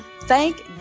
Thank